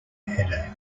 headache